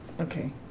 Okay